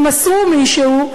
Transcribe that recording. הם מסרו מישהו,